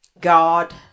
God